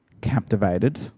captivated